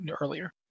earlier